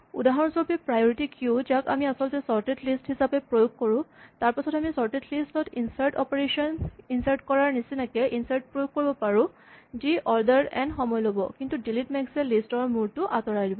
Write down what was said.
উদাহৰণস্বৰূপে priority queue যাক আমি আচলতে চৰ্টেড লিষ্ট হিচাপে প্ৰয়োগ কৰোঁ তাৰপাছত আমি চৰ্টেড লিষ্ট ত ইনচাৰ্ট অপাৰেচন ইনচাৰ্ট কৰাৰ নিচিনাকে ইনচাৰ্ট প্ৰয়োগ কৰিব পাৰোঁ যি অৰ্ডাৰ এন সময় ল'ব কিন্তু ডিলিট মেক্স এ লিষ্ট ৰ মূৰটো আঁতৰাব